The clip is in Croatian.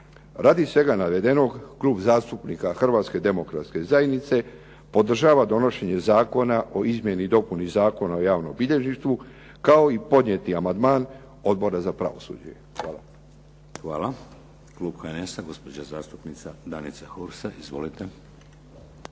Radi svega navedenog Klub zastupnika Hrvatske Demokratske Zajednice podržava donošenje Zakona o izmjeni i dopuni Zakona o javnom bilježništvu kao i podnijeti amandman Odbora za pravosuđe. Hvala. **Šeks, Vladimir (HDZ)** Klub HNS-a, gospođa zastupnica Danica Hursa. Izvolite.